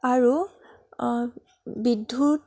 আৰু বিদ্য়ুত